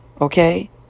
okay